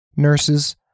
nurses